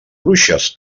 bruixes